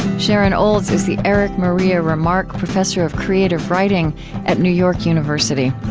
sharon olds is the erich maria remarque professor of creative writing at new york university.